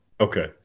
Okay